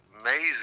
amazing